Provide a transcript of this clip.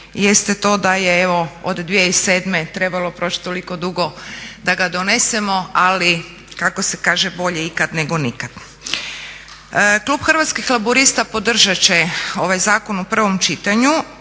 jeste to da je od 2007. trebalo proći toliko dugo da ga donesemo ali kako se kaže bolje ikad nego nikad. Klub Hrvatskih laburista podržat će ovaj zakon u prvom čitanju